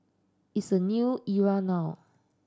it's a new era now